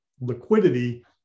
liquidity